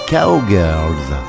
Cowgirls